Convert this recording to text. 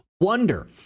wonder